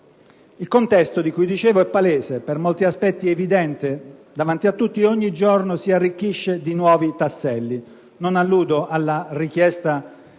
Il contesto di cui dicevo è palese, per molti aspetti evidente e davanti a tutti; ogni giorno esso si arricchisce di nuovi tasselli. Non alludo all'ordinanza di applicazione